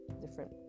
different